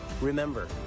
Remember